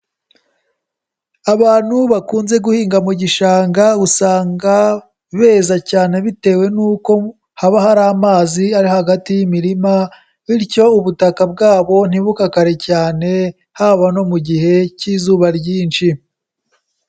Abantu bakunze guhinga mu gishanga usanga beza cyane bitewe n'uko haba hari amazi ari hagati y'imirima bityo ubutaka bwabo ntibukakare cyane, haba no mu gihe cy'izuba ryinshi.